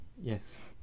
Yes